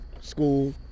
school